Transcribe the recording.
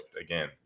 again